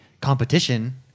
competition